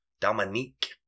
Dominique